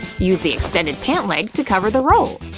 use the extended pant leg to cover the roll.